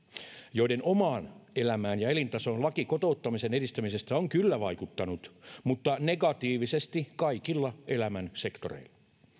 joiden omaan elämään ja elintasoon laki kotouttamisen edistämisestä on kyllä vaikuttanut negatiivisesti kaikilla elämän sektoreilla